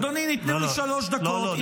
אדוני, ניתנו לי שלוש דקות.